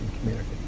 community